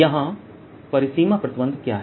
यहां परिसीमा प्रतिबंध क्या है